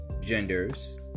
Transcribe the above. genders